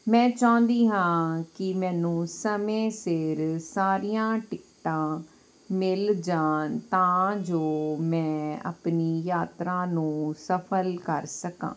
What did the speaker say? ਮੈਂ ਚਾਹੁੰਦੀ ਹਾਂ ਕਿ ਮੈਨੂੰ ਸਮੇਂ ਸਿਰ ਸਾਰੀਆਂ ਟਿਕਟਾਂ ਮਿਲ ਜਾਣ ਤਾਂ ਜੋ ਮੈਂ ਆਪਣੀ ਯਾਤਰਾ ਨੂੰ ਸਫ਼ਲ ਕਰ ਸਕਾਂ